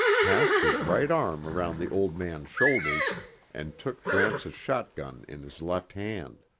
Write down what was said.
passed his right arm around the old man's shoulders and took gramps' shotgun in his left hand.